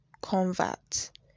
convert